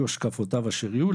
יהיו השקפותיו אשר יהיו,